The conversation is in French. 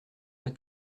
pas